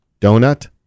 Donut